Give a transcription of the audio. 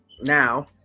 Now